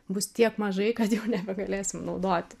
bus tiek mažai kad jau nebegalėsim naudoti